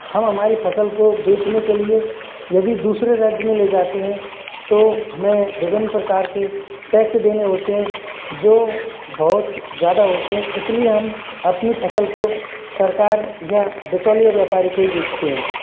हम हमारी फसल को बेचने के लिए यदि दूसरे राज्य में ले जाते हैं तो हमें विभिन्न प्रकार के टैक्स देने होते हैं जो बहुत ज़्यादा होते हैं इसलिए हम अपनी फसल को सरकार या बिचौलिया व्यापारी को ही बेचते है